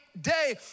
day